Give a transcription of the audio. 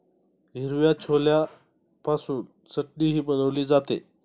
हिरव्या छोल्यापासून चटणीही बनवली जाते